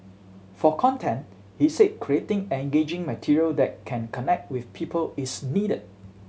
for content he said creating engaging material that can connect with people is needed